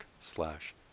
slash